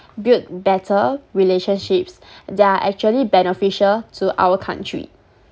build better relationships they are actually beneficial to our country